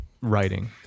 writing